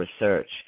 research